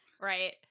Right